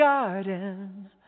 Garden